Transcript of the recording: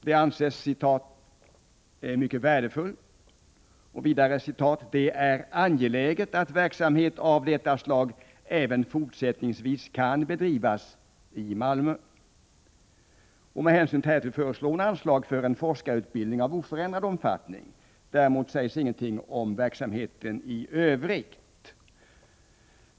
Den anses ”mycket värdefull”, och ”det är angeläget att verksamhet av detta slag även fortsättningsvis kan bedrivas i Malmö”. Med hänsyn härtill föreslås anslag för en forskarutbildning av oförändrad omfattning. Däremot sägs ingenting om verksamheten i övrigt.